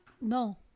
No